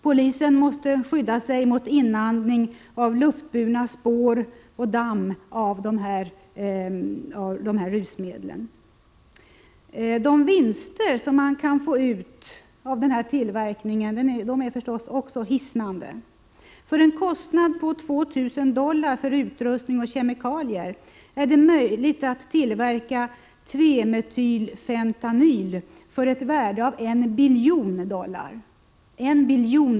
Polisen måste skydda sig mot inandning av luftburna spårämnen och damm från dessa rusmedel. De vinster man kan få ut av denna tillverkning är hisnande. För en kostnad på 2 000 dollar för utrustning och kemikalier är det möjligt att tillverka 3-metyl-fentanyl för ett värde av 1 biljon dollar.